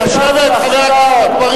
לך אין בושה.